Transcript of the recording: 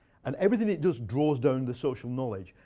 and everything it does draws down to social knowledge.